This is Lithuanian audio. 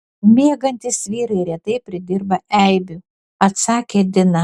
miegantys vyrai retai pridirba eibių atsakė dina